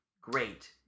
great